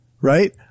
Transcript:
right